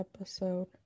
episode